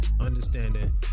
understanding